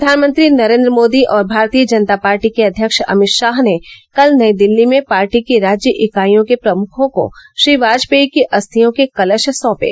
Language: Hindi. प्रधानमंत्री नरेन्द्र मोदी और भारतीय जनता पार्टी के अध्यक्ष अमित शाह ने कल नई दिल्ली में पार्टी की राज्य इकाइयों के प्रमुखों को श्री वाजपेयी की अस्थियों के कलश सौंपे